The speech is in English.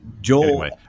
joel